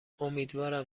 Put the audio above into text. امیدوارم